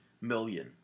million